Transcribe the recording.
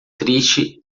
triste